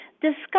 discuss